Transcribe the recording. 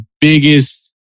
biggest